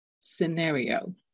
scenario